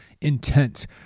intent